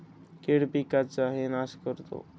कीड पिकाचाही नाश करते